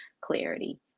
clarity